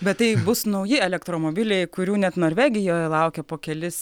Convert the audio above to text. bet tai bus nauji elektromobiliai kurių net norvegija laukia po kelis